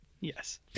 yes